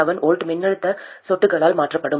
7 V மின்னழுத்த சொட்டுகளால் மாற்றப்படும்